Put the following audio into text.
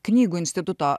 knygų instituto